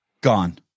Gone